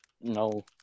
No